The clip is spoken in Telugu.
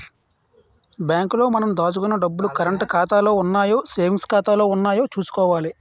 బ్యాంకు లో మనం దాచుకున్న డబ్బులు కరంటు ఖాతాలో ఉన్నాయో సేవింగ్స్ ఖాతాలో ఉన్నాయో చూసుకోవాలి